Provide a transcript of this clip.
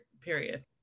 period